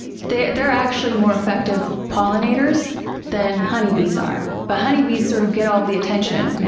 they're they're actually more effective pollinators than honey bees are, but honey bees, sort of, get all the attention. and